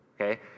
okay